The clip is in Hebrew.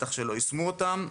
בטח שלא יישמו אותן,